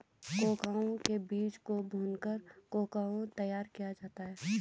cocoa के बीज को भूनकर को को तैयार किया जाता है